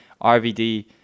RVD